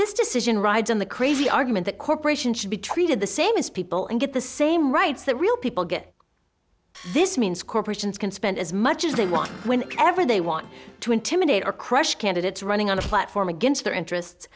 this decision rides on the crazy argument that corporations should be treated the same as people and get the same rights that real people get this means corporations can spend as much as they want when ever they want to intimidate or crush candidates running on a platform against their interest